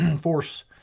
force